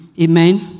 Amen